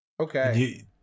Okay